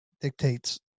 dictates